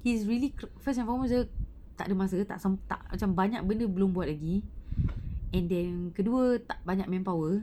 he's really clo~ first and foremost dia tak ada masa tak sem~ macam tak banyak benda belum buat lagi and then kedua tak banyak manpower